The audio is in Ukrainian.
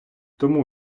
тому